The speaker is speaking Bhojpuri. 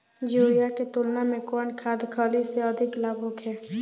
यूरिया के तुलना में कौन खाध खल्ली से अधिक लाभ होखे?